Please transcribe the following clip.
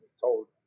told